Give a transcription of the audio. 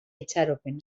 itxaropena